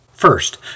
First